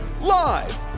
Live